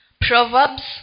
Proverbs